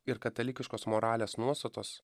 ir katalikiškos moralės nuostatos